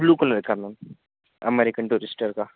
blue colour का ma'am American Tourister का